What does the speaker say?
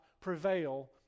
prevail